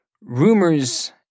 rumors